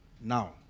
Now